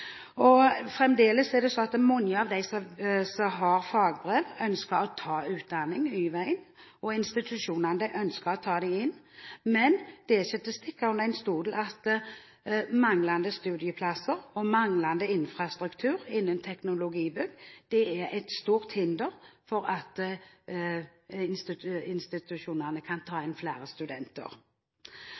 Fremdeles ønsker mange av dem som har fagbrev, å ta utdanning Y-veien, og institusjonene ønsker å ta dem inn, men det er ikke til å stikke under stol at manglende studieplasser og infrastruktur innen teknologibygg er et stort hinder for at institusjonene kan ta inn flere studenter.